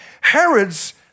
Herod's